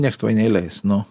nieks tave neįleis nu